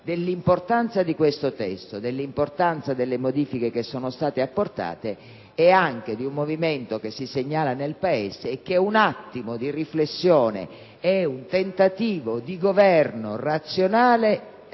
dell'importanza di questo testo, delle modifiche che ad esso sono state apportate e anche di un movimento che si segnala nel Paese. Un attimo di riflessione e un tentativo di governo razionale,